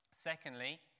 Secondly